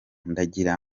ndagira